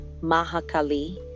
Mahakali